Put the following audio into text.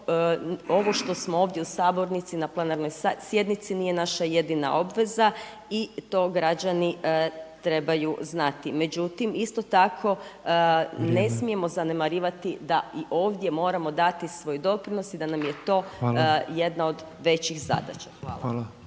ovo što smo ovdje u sabornici, na plenarnoj sjednici nije naša jedina obveza i to građani trebaju znati. Međutim, isto tako ne smijemo zanemarivati da i ovdje moramo dati svoj doprinos i da nam je to jedna od većih zadaća. Hvala.